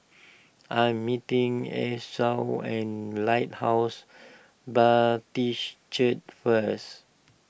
I am meeting Esau at Lighthouse Baptist Church first